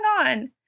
on